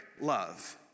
love